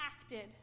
acted